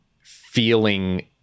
feeling